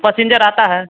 passenger आता है